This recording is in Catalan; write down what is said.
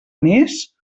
més